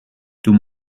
doe